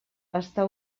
està